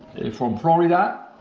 from florida